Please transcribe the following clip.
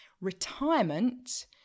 Retirement